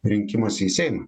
rinkimuose į seimą